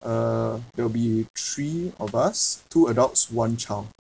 uh there will be three of us two adults one child